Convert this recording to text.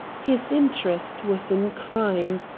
his interest was in crime.